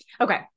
Okay